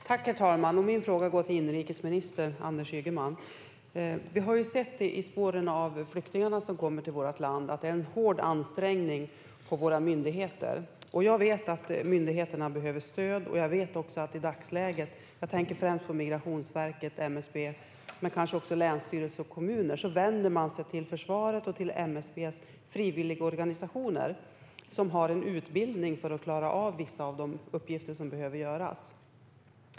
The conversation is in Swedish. Herr talman! Min fråga går till inrikesminister Anders Ygeman. I spåren av de flyktingar som kommer till vårt land har vi sett att det innebär en hård ansträngning för våra myndigheter. Jag vet att myndigheterna behöver stöd - jag tänker främst på Migrationsverket och MSB men kanske även på länsstyrelser och kommuner - och jag vet också att man i dagsläget vänder sig till försvarets och MSB:s frivilligorganisationer, som har utbildning för att klara av vissa av de uppgifter som behöver göras.